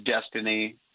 destiny